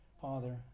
Father